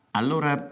allora